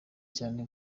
cyane